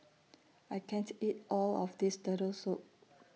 I can't eat All of This Turtle Soup